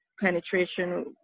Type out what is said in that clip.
penetration